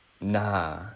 nah